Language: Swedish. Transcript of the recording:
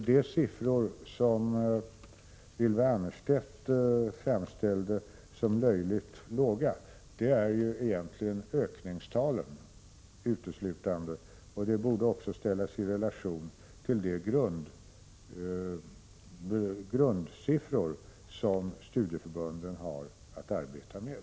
De siffror som Ylva Annerstedt framställde som löjligt låga är egentligen uteslutande ökningstalen och borde ställas i relation till de grundsiffror som studieförbunden har att arbeta med.